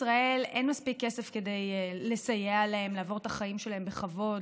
ישראל אין מספיק כסף לסייע להם לעבור את החיים שלהם בכבוד,